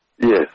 yes